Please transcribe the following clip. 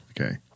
Okay